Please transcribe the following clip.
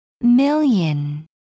Million